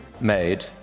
made